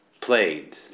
played